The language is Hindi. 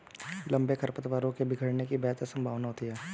लंबे खरपतवारों के बिखरने की बेहतर संभावना होती है